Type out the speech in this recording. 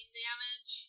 damage